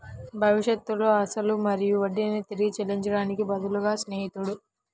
భవిష్యత్తులో అసలు మరియు వడ్డీని తిరిగి చెల్లించడానికి బదులుగా స్నేహితుడు